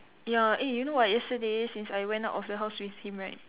ya eh you know what yesterday since I went out of the house with him right